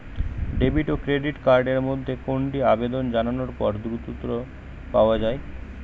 Debit এবং credit card এর মধ্যে কোনটি আবেদন জানানোর পর দ্রুততর পাওয়া য়ায়?